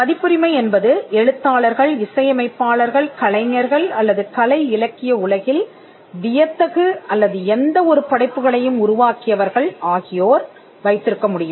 பதிப்புரிமை என்பது எழுத்தாளர்கள் இசையமைப்பாளர்கள் கலைஞர்கள் அல்லது கலை இலக்கிய உலகில் வியத்தகு அல்லது எந்த ஒரு படைப்புகளையும் உருவாக்கியவர்கள் ஆகியோர் வைத்திருக்க முடியும்